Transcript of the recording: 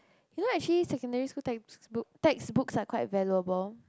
you know actually secondary school text book textbooks are quite valuable